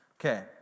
Okay